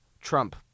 Trump